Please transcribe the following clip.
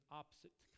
opposite